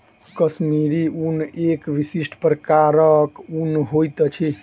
कश्मीरी ऊन एक विशिष्ट प्रकारक ऊन होइत अछि